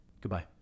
Goodbye